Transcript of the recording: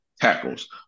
tackles